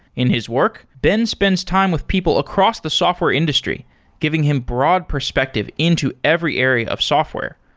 in his work, ben spends time with people across the software industry giving him broad perspective into every area of software,